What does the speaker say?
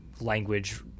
language